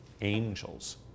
angels